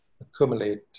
accumulate